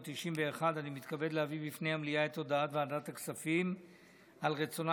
אני מתכבד להביא בפני המליאה את הודעת ועדת הכספים על רצונה